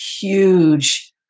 huge